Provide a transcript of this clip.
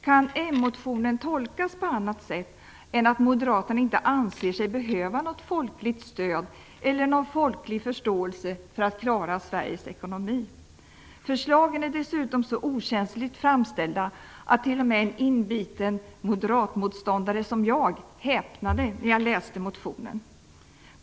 Kan m-motionen tolkas på annat sätt än att moderaterna inte anser sig behöva något folkligt stöd eller någon folklig förståelse för att klara Sveriges ekonomi? Förslagen är dessutom så okänsligt framställda att t.o.m. en inbiten moderatmotståndare som jag häpnade när jag läste motionen.